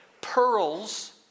pearls